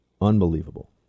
unbelievable